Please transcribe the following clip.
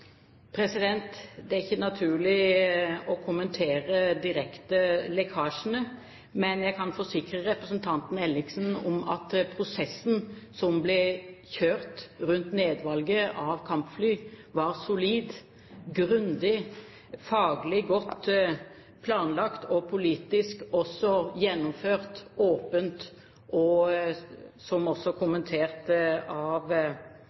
Det er ikke naturlig å kommentere lekkasjene direkte, men jeg kan forsikre representanten Ellingsen om at prosessen som ble kjørt rundt nedvalget av kampfly, var solid, grundig, faglig godt planlagt, og politisk også åpent gjennomført, slik det også er kommentert både av